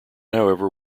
however